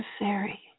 necessary